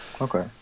Okay